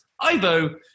Ivo